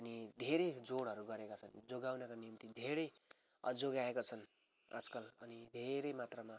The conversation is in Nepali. अनि धेरै जोडहरू गरेका छन् जोगाउनका निम्ति धेरै जोगाएका छन् आजकल अनि धेरै मात्रमा